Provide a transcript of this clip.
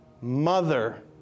mother